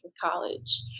college